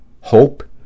hope